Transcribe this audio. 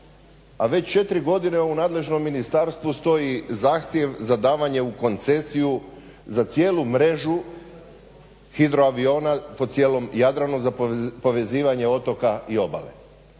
a već 4 godine u nadležnom ministarstvu stoji zahtjev za davanje u koncesiju za cijelu mrežu hidroaviona po cijelom Jadranu za povezivanje otoka i obale.